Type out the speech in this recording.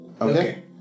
okay